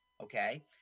okay